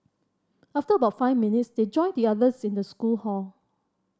after about five minutes they joined the others in the school hall